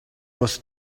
was